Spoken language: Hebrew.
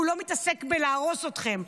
הוא לא מתעסק בלהרוס אתכם.